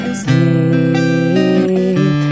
sleep